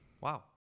wow